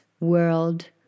world